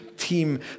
team